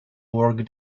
work